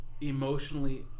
emotionally